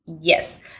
Yes